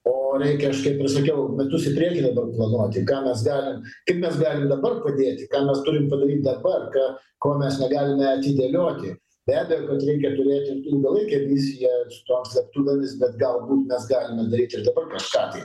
o reikia aš kaip ir sakiau metus į priekį dabar planuoti ką mes galim kaip mes galim dabar padėti ką mes turim padaryt dabar ką ko mes negalime atidėlioti be abejo kad reikia turėt ir ilgalaikę viziją tom slėptuvėmis bet galbūt mes galim ir daryti ir dabar kažką tai